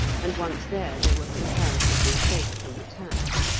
and once there they were comparatively safe from attack.